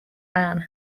anne